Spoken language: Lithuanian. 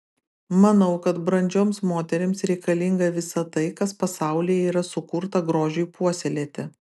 manau kad brandžioms moterims reikalinga visa tai kas pasaulyje yra sukurta grožiui puoselėti